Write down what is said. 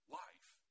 life